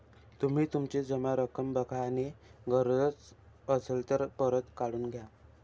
तुम्ही तुमची जमा रक्कम बघा आणि गरज असेल तर परत काढून घ्या